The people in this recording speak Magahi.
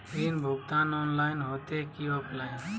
ऋण भुगतान ऑनलाइन होते की ऑफलाइन?